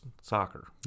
soccer